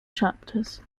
chapters